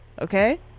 okay